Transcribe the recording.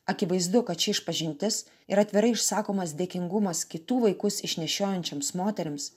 akivaizdu kad ši išpažintis ir atvirai išsakomas dėkingumas kitų vaikus išnešiojančioms moterims